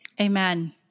Amen